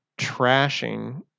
trashing